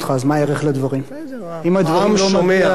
העם שומע על-ידי המיניסטר.